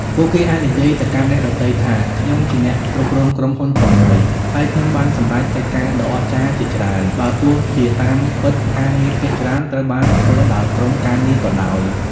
ពួកគេអាចនិយាយទៅកាន់អ្នកដទៃថា ខ្ញុំជាអ្នកគ្រប់គ្រងក្រុមហ៊ុនធំមួយ ហើយខ្ញុំបានសម្រេចកិច្ចការដ៏អស្ចារ្យជាច្រើន បើទោះជាតាមពិតការងារភាគច្រើនត្រូវបានធ្វើដោយក្រុមការងារក៏ដោយ។